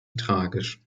tragisch